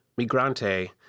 Migrante